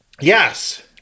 Yes